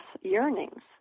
yearnings